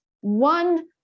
one